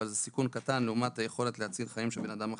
אבל זה סיכון קטן לעומת היכולת להציל חיים של בן אדם אחר.